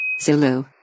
Zulu